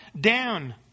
down